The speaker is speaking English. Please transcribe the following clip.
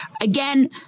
Again